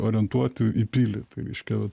orientuoti į pilį tai reiškia